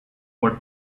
what